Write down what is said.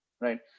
right